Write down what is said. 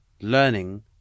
learning